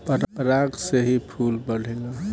पराग से ही फूल बढ़ेला